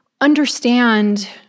understand